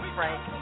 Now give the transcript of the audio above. Frank